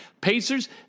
Pacers